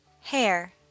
hair